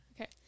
Okay